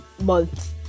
month